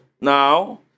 now